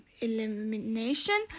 Elimination